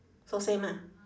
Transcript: so same ah